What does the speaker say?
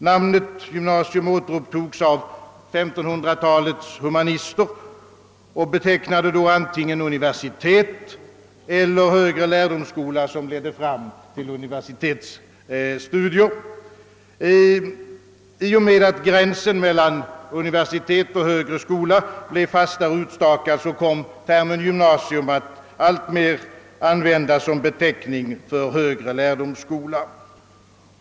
Namnet gymnasium återupptogs av 1500-talets humanister och betecknade då antingen universitet eller högre lärdomsskola, som ledde fram till universitetsstudier. I och med att gränsen mellan universitet och högre skola blev fastare utstakad kom termen gymnasium alltmer att användas som beteckning för högre lärdomsskola.